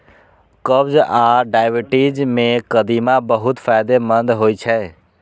कब्ज आ डायबिटीज मे कदीमा बहुत फायदेमंद होइ छै